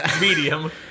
medium